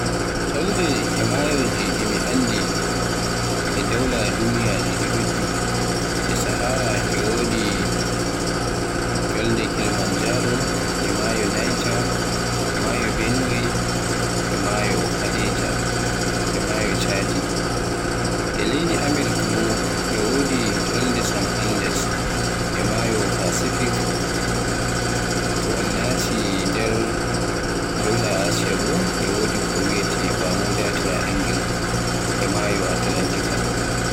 Elnde e maayojibdi mi anndi e sowlaaji Duniya si duddi, e sahaara e wodi elnde kilmanjaro, e maayo Nigeria, e maayo Benuwai, e maayo Hadejia, e wodi maayo chadi. E leydi Amirk e wodi elnde San Andes e maayo Pacific, to un nasti dowla Asiya bo e wodi kowiyeete BamudaTriangle e maayo Atlantika.